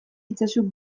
itzazu